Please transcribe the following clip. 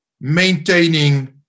maintaining